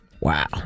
Wow